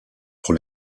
pour